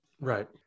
Right